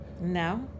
Now